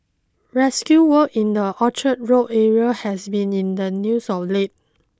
rescue work in the Orchard Road area has been in the news of late